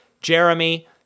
Jeremy